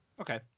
okay